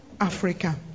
Africa